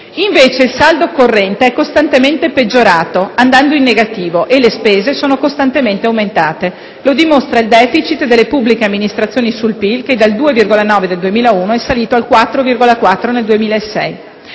spese. Il saldo corrente è invece costantemente peggiorato, andando in negativo, e le spese sono costantemente aumentate: lo dimostra il *deficit* delle pubbliche amministrazioni sul PIL che dal 2,9 per cento del 2001 è salito al 4,4 per cento